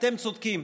אתם צודקים,